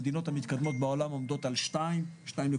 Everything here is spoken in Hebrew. המדינות המתקדמות בעולם עומדות על מעט מעל